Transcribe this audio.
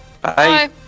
bye